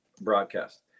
broadcast